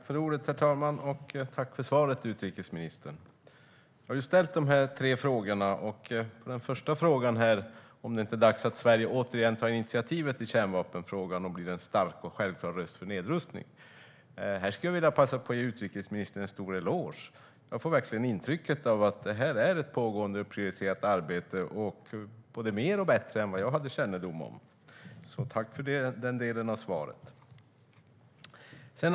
Herr talman! Tack för svaret, utrikesministern! Jag har ställt tre frågor. Den första berör om det inte är dags att Sverige återigen tar initiativet i kärnvapenfrågan och blir en stark och självklar röst för nedrustning. Här vill jag passa på att ge utrikesministern en eloge. Jag får verkligen intrycket av att det här är ett pågående och prioriterat arbete som både innebär mer och är bättre än jag hade kännedom om. Tack för den delen av svaret!